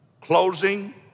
Closing